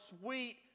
sweet